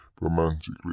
romantically